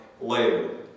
later